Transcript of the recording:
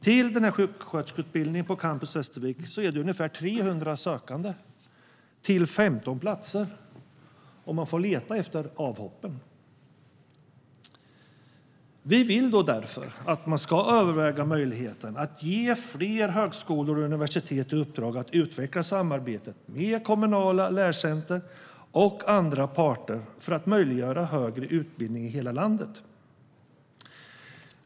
Till sjuksköterskeutbildningen på Campus Västervik är det nästan 300 sökande till 15 platser, och man får leta efter avhoppen. Vi vill därför att regeringen överväger möjligheten att ge fler högskolor och universitet i uppdrag att utveckla samarbetet med kommunala lärcenter och andra parter för att möjliggöra högre utbildning i hela landet.